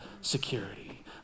security